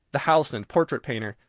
the house and portrait painter.